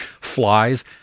flies